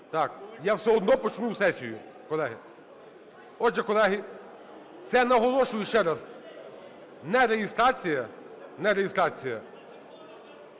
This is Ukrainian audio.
Я все одно почну сесію, колеги. Отже, колеги, це, наголошую ще раз, нереєстрація, нереєстрація,